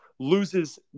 loses